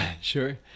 sure